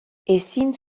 ezin